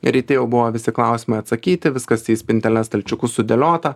ryte jau buvo visi klausimai atsakyti viskas į spinteles stalčiukus sudėliota